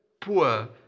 poor